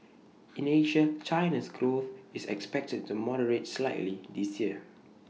in Asia China's growth is expected to moderate slightly this year